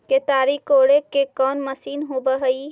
केताड़ी कोड़े के कोन मशीन होब हइ?